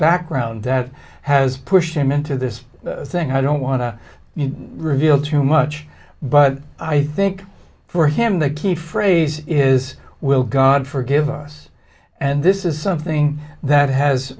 background that has pushed him into this thing i don't want to reveal too much but i think for him the key phrase is will god forgive us and this is something that has